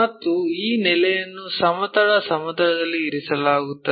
ಮತ್ತು ಈ ನೆಲೆಯನ್ನು ಸಮತಲ ಸಮತಲದಲ್ಲಿ ಇರಿಸಲಾಗುತ್ತದೆ